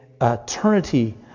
eternity